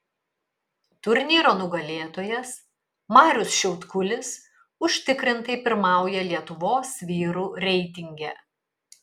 turnyro nugalėtojas marius šiaudkulis užtikrintai pirmauja lietuvos vyrų reitinge